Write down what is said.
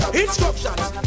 instructions